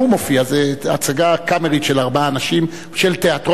זו הצגה קאמרית של ארבעה אנשים של תיאטרון "הקאמרי",